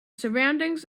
surroundings